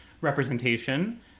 representation